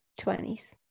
20s